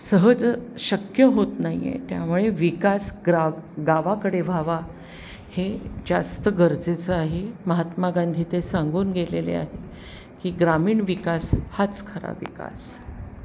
सहज शक्य होत नाही आहे त्यामुळे विकास ग्राव गावाकडे व्हावा हे जास्त गरजेचं आहे महात्मा गांधी ते सांगून गेलेले आहे की ग्रामीण विकास हाच खरा विकास